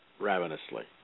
ravenously